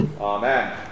Amen